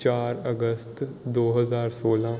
ਚਾਰ ਅਗਸਤ ਦੋ ਹਜ਼ਾਰ ਸੌਲ੍ਹਾਂ